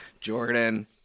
Jordan